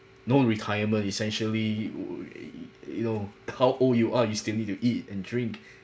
no retirement essentially you know how old you are you still need to eat and drink